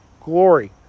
glory